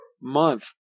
month